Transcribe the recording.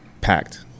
packed